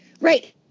Right